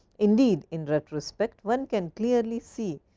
indeed, in retro respect one can clearly see